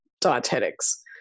dietetics